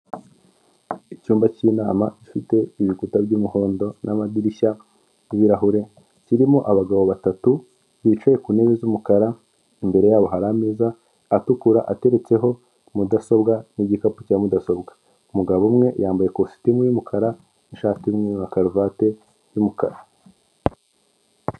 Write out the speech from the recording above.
Icyumba cy'inama gifite ibikuta by'umuhondo, n'amadirishya, n'ibirahure, kirimo abagabo batatu, bicaye ku ntebe z'umukara, imbere yabo hari ameza atukura, ateretseho mudasobwa n'igikapu cya mudasobwa, umugabo umwe yambaye ikositimu y'umukara, n'ishati y'umweru, na karuvati y'umukara.